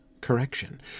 correction